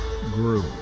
grew